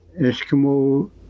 Eskimo